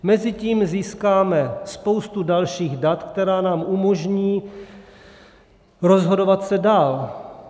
Mezitím získáme spoustu dalších dat, která nám umožní rozhodovat se dál.